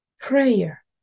Prayer